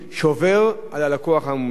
שעובר על הלקוח האומלל.